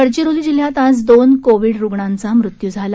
गडचिरोली जिल्ह्यात आज दोन कोविड रूग्णांचा मृत्यू झाला